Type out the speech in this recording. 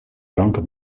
blanke